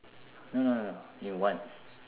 no no no only once